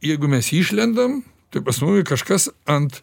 jeigu mes išlendam tai pas mumi kažkas ant